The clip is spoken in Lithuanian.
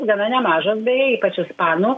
gana nemažos beje ypač ispanų